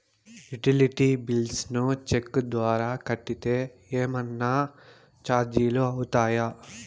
Utility bills ను cheque ద్వారా కట్టితే ఏమన్నా చార్జీలు అవుతాయా?